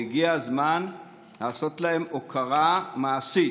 והגיע הזמן לעשות להם הוקרה מעשית: